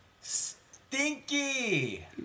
stinky